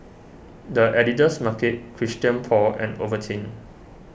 the Editor's Market Christian Paul and Ovaltine